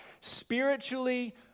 spiritually